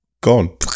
Gone